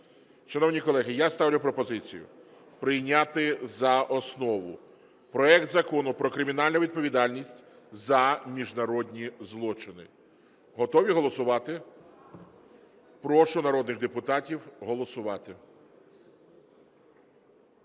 Шановні колеги, я ставлю пропозицію прийняти за основу проект Закону про кримінальну відповідальність за міжнародні злочини. Готові голосувати? Прошу народних депутатів голосувати.